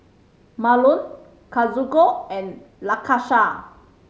Marlon Kazuko and Lakesha